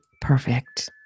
perfect